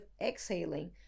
exhaling